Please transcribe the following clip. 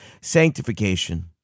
Sanctification